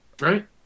Right